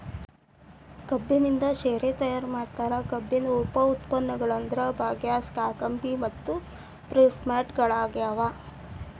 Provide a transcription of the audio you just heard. ಕಬ್ಬಿನಿಂದ ಶೇರೆ ತಯಾರ್ ಮಾಡ್ತಾರ, ಕಬ್ಬಿನ ಉಪ ಉತ್ಪನ್ನಗಳಂದ್ರ ಬಗ್ಯಾಸ್, ಕಾಕಂಬಿ ಮತ್ತು ಪ್ರೆಸ್ಮಡ್ ಗಳಗ್ಯಾವ